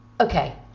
okay